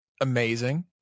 Amazing